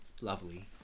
lovely